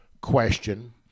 question